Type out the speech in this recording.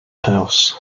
house